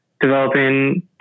developing